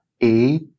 eight